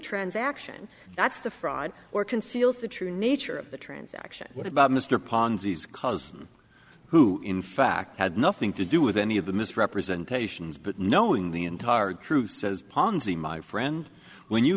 transaction that's the fraud or conceals the true nature of the transaction what about mr ponzi cause who in fact had nothing to do with any of the misrepresentations but knowing the entire truth says ponzi my friend when you